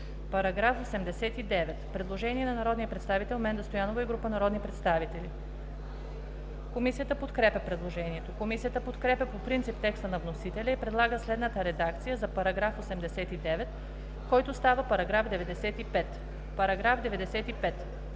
По § 89 има предложение на народния представител Менда Стоянова и група народни представители. Комисията подкрепя предложението. Комисията подкрепя по принцип текста на вносителя и предлага следната редакция за § 89, който става § 95: „§ 95.